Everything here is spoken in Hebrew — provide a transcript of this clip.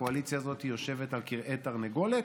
הקואליציה הזאת יושבת על כרעי תרנגולת,